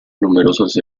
numerosos